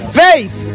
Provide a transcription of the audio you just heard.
faith